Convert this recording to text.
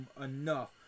enough